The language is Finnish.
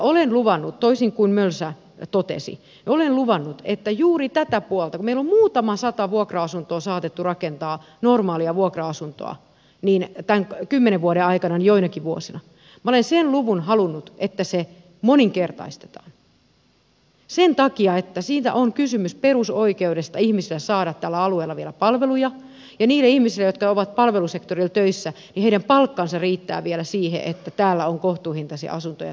olen luvannut toisin kuin mölsä totesi että juuri tätä puolta meillä on muutama sata normaalia vuokra asuntoa saatettu rakentaa tämän kymmenen vuoden aikana joinakin vuosina haluan sen luvun moninkertaistaa sen takia että siinä on kysymys perusoikeudesta ihmisten saada tällä alueella vielä palveluja samoin kuin siitä että niiden ihmisten jotka ovat palvelusektorilla töissä palkka riittää vielä siihen että täällä on kohtuuhintaisia asuntoja tarjolla